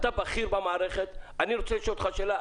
אתה בכיר במערכת ואני רוצה לשאול אותך שאלה.